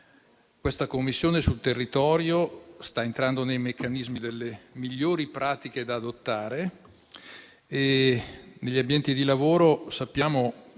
importante impegno. Sul territorio sta entrando nei meccanismi delle migliori pratiche da adottare e negli ambienti di lavoro sappiamo